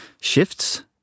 shifts